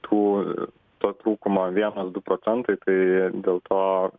tų to trūkumo vienas du procentai tai dėl to